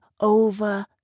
over